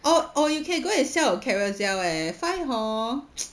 or or you can go and sell on Carousell eh find hor